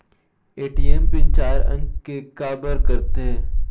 ATM PIN चार अंक के का बर करथे?